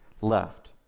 left